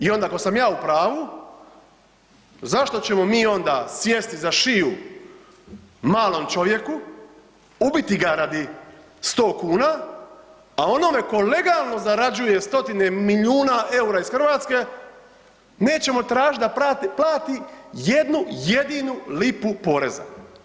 I onda ako sam ja u pravu, zašto ćemo mi onda sjesti za šiju malom čovjeku, ubiti ga radi 100 kuna, a onome ko legalno zarađuje stotine milijuna eura iz Hrvatske nećemo tražiti da plati jednu jedinu lipu poreza.